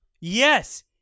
Yes